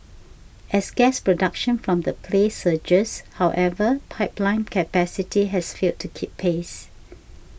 as gas production from the play surges however pipeline capacity has failed to keep pace